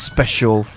Special